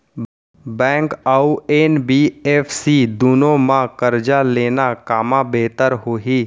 Bank अऊ NBFC दूनो मा करजा लेना कामा बेहतर होही?